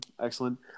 Excellent